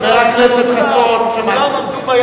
חבר הכנסת יואל חסון, הוא סיים.